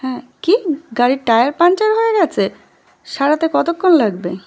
হ্যাঁ কি গাড়ির টায়ার পাংচার হয়ে গেছে সারাতে কতক্ষণ লাগবে